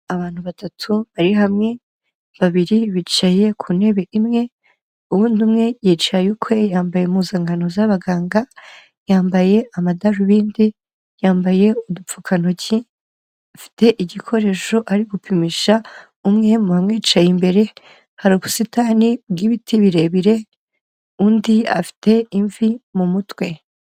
Abantu batatu bari hamwe, babiri bicaye ku ntebe imwe, uwundi umwe yicaye ukwe yambaye impuzankano z'abaganga, yambaye amadarubindi, yambaye udupfukantoki, afite igikoresho ari gupimisha umwe mu bamwicaye imbere; hari ubusitani bw'ibiti birebire, undi afite imvi mu mutwe.